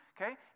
Okay